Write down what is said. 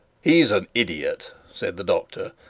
he's an idiot said the doctor,